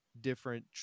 different